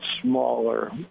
smaller